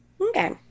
Okay